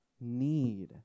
need